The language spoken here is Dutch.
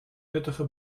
nuttige